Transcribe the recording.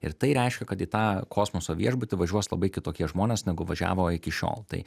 ir tai reiškia kad į tą kosmoso viešbutį važiuos labai kitokie žmonės negu važiavo iki šiol tai